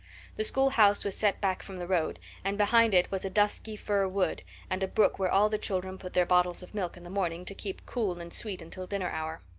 the schoolhouse was set back from the road and behind it was a dusky fir wood and a brook where all the children put their bottles of milk in the morning to keep cool and sweet until dinner hour.